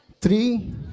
three